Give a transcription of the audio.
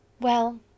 Well